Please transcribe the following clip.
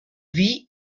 vie